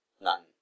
None